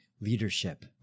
leadership